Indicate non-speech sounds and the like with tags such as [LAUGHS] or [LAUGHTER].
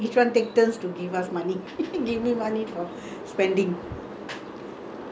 and after my cookery lesson only my brother's children will all be waiting for the cookery food [LAUGHS]